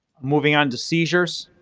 moving on to seizures.